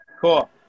Cool